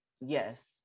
yes